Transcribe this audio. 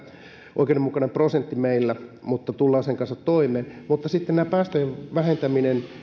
epäoikeudenmukainen prosentti meillä mutta sen kanssa tullaan toimeen niin tämän päästöjen vähentämisen täytyy tapahtua